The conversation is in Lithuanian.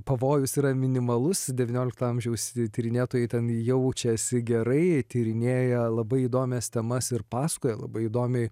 pavojus yra minimalus devyniolikto amžiaus tyrinėtojai ten jaučiasi gerai tyrinėja labai įdomias temas ir pasakoja labai įdomiai